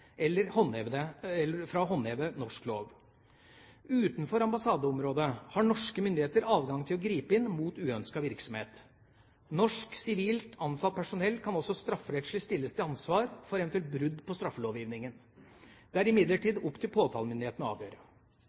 eller fra å håndheve norsk lov. Utenfor ambassadeområdet har norske myndigheter adgang til å gripe inn mot uønsket virksomhet. Norsk sivilt ansatt personell kan også strafferettslig stilles til ansvar for eventuelle brudd på straffelovgivningen. Dette er det imidlertid opp til